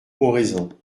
oraison